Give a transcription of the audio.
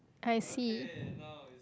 I see